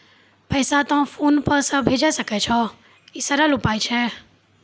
पैसा तोय PhonePe से भैजै सकै छौ? ई सरल उपाय छै?